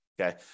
Okay